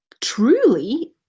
truly